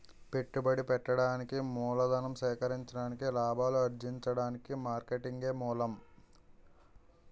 పెట్టుబడి పెట్టడానికి మూలధనం సేకరించడానికి లాభాలు అర్జించడానికి మార్కెటింగే మూలం